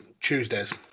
Tuesdays